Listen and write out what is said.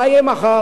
מה יהיה מחר,